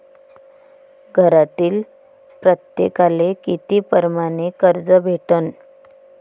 घरातील प्रत्येकाले किती परमाने कर्ज भेटन?